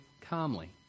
calmly